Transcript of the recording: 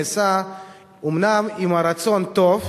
נעשה אומנם עם רצון טוב,